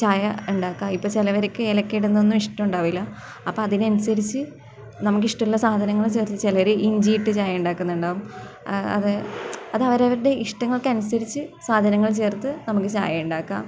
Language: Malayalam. ചായ ഉണ്ടാക്കാം ഇപ്പം ചിലവർക്ക് ഏലയ്ക ഇടുന്നത് ഒന്നും ഇഷ്ടം ഉണ്ടാവില്ല അപ്പം അതിനനുസരിച്ച് നമ്മള്ക്ക് ഇഷ്ടമുള്ള സാധനങ്ങള് ചേര്ത്ത് ചിലവർ ഇഞ്ചിട്ട് ചായ ഉണ്ടാക്കുന്നുണ്ടാവാം അത് അത് അവരവരോടുടെ ഇഷ്ടങ്ങൾക്ക് അനുസരിച്ച് സാധനങ്ങള് ചേര്ത്ത് നമുക്ക് ചായയുണ്ടാകാം